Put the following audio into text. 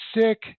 sick